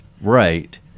Right